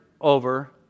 over